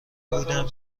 بودم